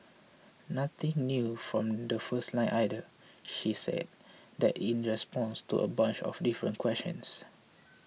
nothing new from the first line either she's said that in response to a bunch of different questions